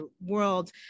world